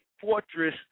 fortress